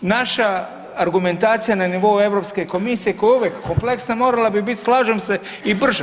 Naša argumentacija na nivou Europske komisije koja je uvijek kompleksna morala bi biti slažem se i brže.